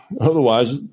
otherwise